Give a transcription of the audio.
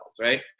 right